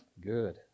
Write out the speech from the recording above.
Good